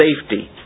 safety